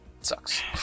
Sucks